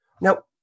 Now